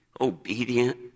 obedient